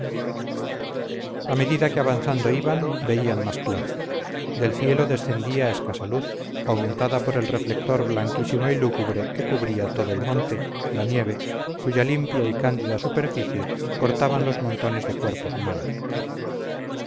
a medida que avanzando iban veían más claro del cielo descendía escasa luz aumentada por el reflector blanquísimo y lúgubre que cubría todo el monte la nieve cuya limpia y cándida superficie cortaban los montones de cuerpos humanos